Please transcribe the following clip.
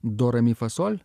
do re mi fa sol